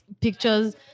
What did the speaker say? pictures